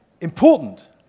important